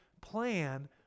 plan